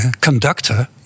conductor